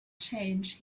change